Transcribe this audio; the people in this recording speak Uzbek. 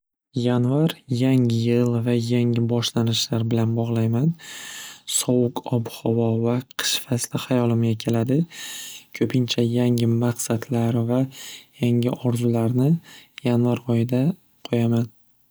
Yanvar yangi yil va yangi boshlanishlar bilan bog'layman sovuq ob-havo va qish fasli hayolimga keladi ko'pincha yangi maqsadlar va yangi orzularni yanvar oyida qo'yaman.